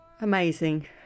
amazing